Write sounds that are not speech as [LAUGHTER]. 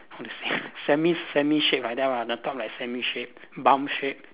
all the same [BREATH] semi semi shape like that lah the cup like semi shape bum shape